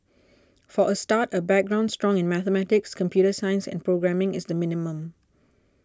for a start a background strong in mathematics computer science and programming is the minimum